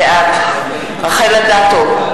בעד רחל אדטו,